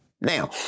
Now